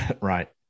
right